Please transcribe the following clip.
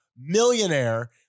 millionaire